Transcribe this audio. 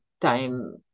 time